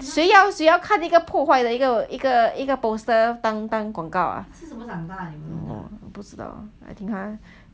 谁要谁要看这个破坏的一个一个一个 poster 当当广告啊不知道